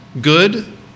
Good